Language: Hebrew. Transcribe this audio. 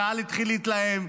הקהל התחיל להתלהם,